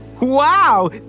Wow